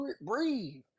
breathe